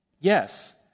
Yes